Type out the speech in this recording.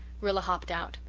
rilla hopped out.